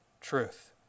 truth